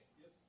Yes